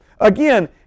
Again